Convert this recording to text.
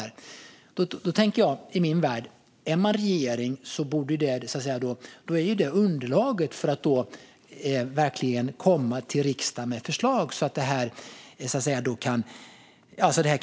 I min värld tänker jag att man som regering borde se att detta är underlaget för att man verkligen ska komma till riksdagen med förslag för att få till lösningar på det här.